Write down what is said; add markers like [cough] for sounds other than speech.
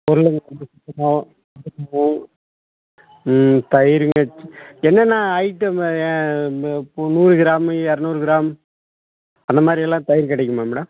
பொருள் கொஞ்சம் சுத்தமாகவும் [unintelligible] ம் தயிருங்க என்னென்ன ஐட்டமு போ நூறு கிராமு எரநூறு கிராம் அந்த மாதிரியெல்லாம் தயிர் கிடைக்குமா மேடம்